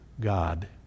God